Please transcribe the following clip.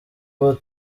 ubu